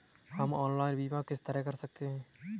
हम ऑनलाइन बीमा किस तरह कर सकते हैं?